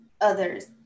others